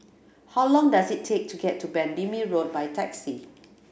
how long does it take to get to Bendemeer Road by taxi